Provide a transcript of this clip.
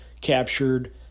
captured